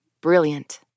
Brilliant